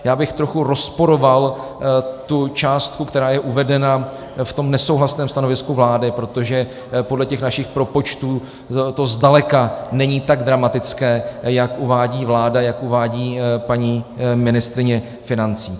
Já bych trochu rozporoval částku, která je uvedena v tom nesouhlasném stanovisku vlády, protože podle našich propočtů to zdaleka není tak dramatické, jak uvádí vláda, jak uvádí paní ministryně financí.